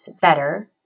better